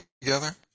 together